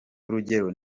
urugero